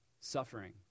Suffering